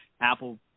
Apple